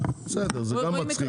בסדר זה גם מצחיק.